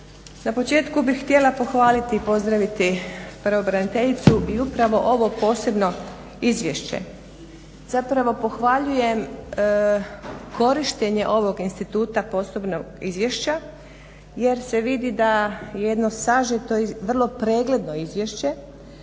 Na početku bih htjela pohvaliti i pozdraviti pravobraniteljicu i upravo ovo posebno izvješće. Zapravo pohvaljujem korištenje ovog instituta posebnog izvješća jer se vidi da jedno sažeto i vrlo pregledno izvješće